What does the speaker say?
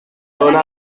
dóna